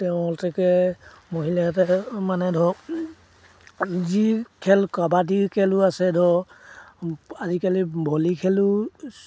তেওঁলেকে মহিলাতে মানে ধৰক যি খেল কাবাডী খেলো আছে ধৰক আজিকালি ভলী খেলো